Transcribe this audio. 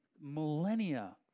millennia